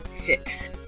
Six